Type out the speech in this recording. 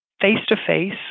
face-to-face